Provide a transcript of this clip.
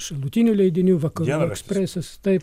šalutinių leidinių vakarų ekspresas taip